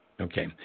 Okay